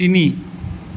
তিনি